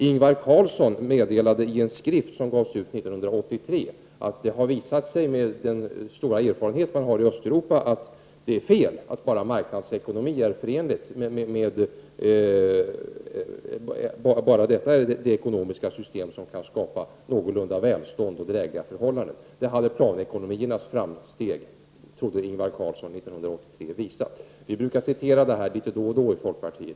Ingvar Carlsson meddelade i en skrift som gavs ut 1983 att det har visat sig, med den stora erfarenhet man har i Östeuropa, att det är fel att enbart marknadsekonomi kan skapa någorlunda välstånd och drägliga förhållanden. Det hade planekonomiernas framsteg visat, trodde Ingvar Carlsson 1983. Vi i folkpartiet brukar citera det här litet då och då.